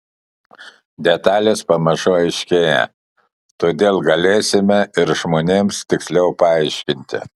detalės pamažu aiškėja todėl galėsime ir žmonėms tiksliau paaiškinti